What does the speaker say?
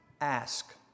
Ask